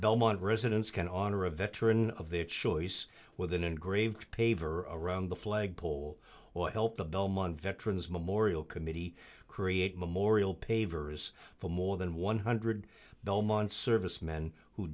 belmont residents going on are a veteran of their choice with an engraved paver around the flag pole or help the belmont veterans memorial committee create memorial pavers for more than one hundred belmont servicemen who